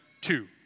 two